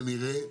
כנראה,